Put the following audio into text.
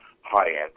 high-end